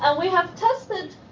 and we have tested